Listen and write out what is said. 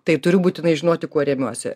tai turiu būtinai žinoti kuo remiuosi